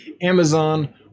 Amazon